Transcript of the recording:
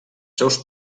seus